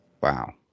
Wow